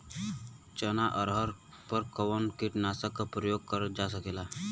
चना अरहर पर कवन कीटनाशक क प्रयोग कर जा सकेला?